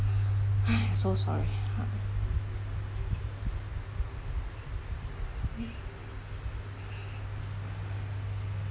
so sorry